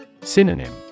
Synonym